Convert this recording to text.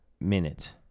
minute